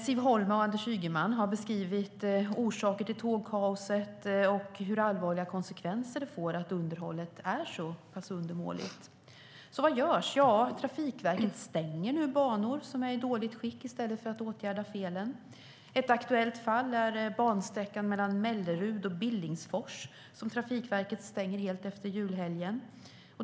Siv Holma och Anders Ygeman har beskrivit orsaker till tågkaoset och vilka allvarliga konsekvenser det får att underhållet är så pass undermåligt. Vad görs då? Jo, Trafikverket stänger nu banor som är i dåligt skick i stället för att åtgärda felen. Ett aktuellt fall är bansträckan mellan Mellerud och Billingsfors, som Trafikverket stänger helt efter julhelgen.